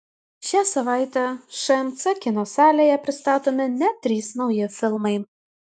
šią savaitę šmc kino salėje pristatomi net trys nauji filmai